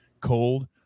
cold